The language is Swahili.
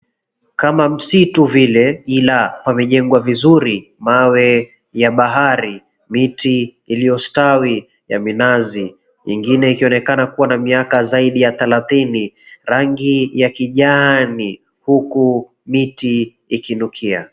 Kama msitu vile, ila pamejengwa vizuri. Mawe ya bahari, miti iliyostawi ya minazi, ingine ikionekana kuwa na miaka zaidi ya thelathini, rangi ya kijani huku miti ikinukia.